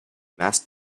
masked